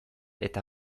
eta